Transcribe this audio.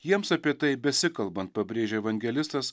jiems apie tai besikalbant pabrėžia evangelistas